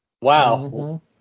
Wow